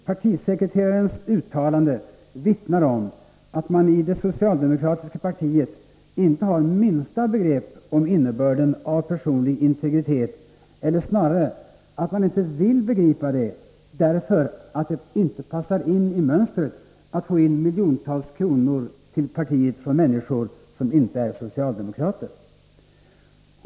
Partisekreterarens uttalande vittnar om att man i det socialdemokratiska partiet inte har minsta begrepp om innebörden av personlig integritet eller snarare att man inte vill begripa det, därför att det inte passar in i mönstret att få in miljontals kronor till partiet från människor som inte är socialdemokrater.